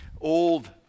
old